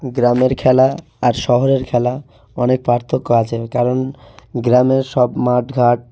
গ্রামের খেলা আর শহরের খেলা অনেক পার্থক্য আছে কারণ গ্রামের সব মাঠ ঘাট